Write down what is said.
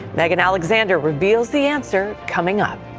megan alexander reveals the answer, coming up.